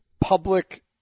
public –